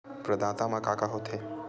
प्रदाता मा का का हो थे?